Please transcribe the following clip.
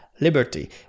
liberty